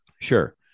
Sure